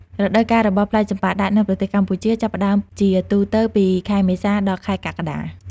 រដូវកាលរបស់ផ្លែចម្ប៉ាដាក់នៅប្រទេសកម្ពុជាចាប់ផ្តើមជាទូទៅពី ខែមេសា ដល់ខែកក្កដា ។